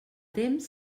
temps